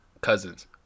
cousins